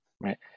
right